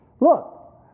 Look